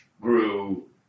grew